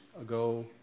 ago